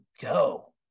go